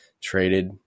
traded